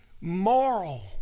moral